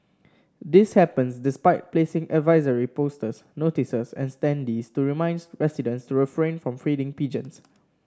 this happens despite placing advisory posters notices and standees to remind residents to refrain from feeding pigeons